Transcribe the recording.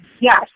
yes